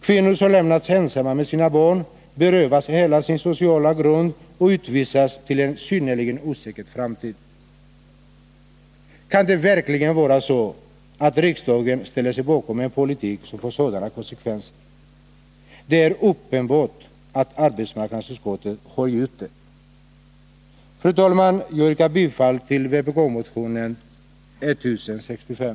Kvinnor som lämnats ensamma med sina barn berövas hela sin sociala grund och utvisas till en synnerligen osäker framtid. Kan det verkligen vara så att riksdagen ställer sig bakom en politik som får sådana konsekvenser? Det är uppenbart att arbetsmarknadsutskottet har gjort det. Fru talman! Jag yrkar bifall till vpk-motion 1980/81:1065.